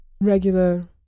regular